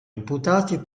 imputati